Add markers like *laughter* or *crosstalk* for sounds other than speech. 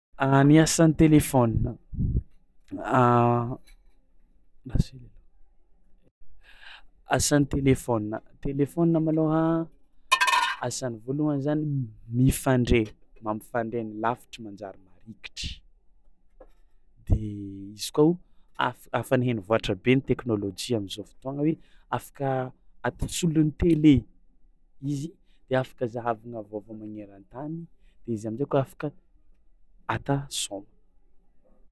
A ny asan'ny telefaonina *hesitation* *noise* ndraso hely aloha, asan'ny telefaonina telefaonina malôha *noise* asany voalohany zany m- mifandray mampifandray ny lavitry manjary marikitry de izy koa o afa afa nihai-nivoàtra be ny teknôlôjia am'zao fotoagna hoe afaka atao solon'ny tele izy de afaka zahavagna vaovao magneran-tany de izy amin-jay koa afaka ata saono.